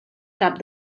cap